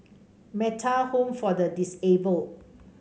Metta Home for the Disabled